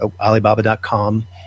alibaba.com